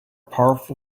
powerful